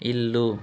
ఇల్లు